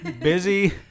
busy